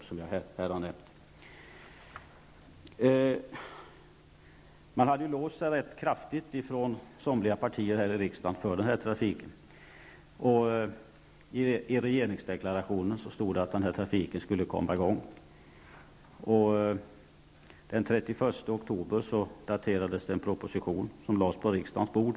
Vissa partier i riksdagen hade låst sig ganska kraftigt för den här trafiken. I regeringsdeklarationen sades att trafiken skulle komma i gång. Den 31 oktober daterades en proposition som lades på riksdagens bord.